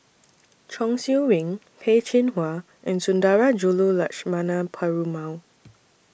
Chong Siew Ying Peh Chin Hua and Sundarajulu Lakshmana Perumal